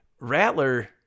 Rattler